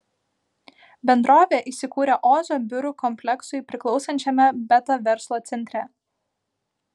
bendrovė įsikūrė ozo biurų kompleksui priklausančiame beta verslo centre